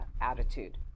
attitude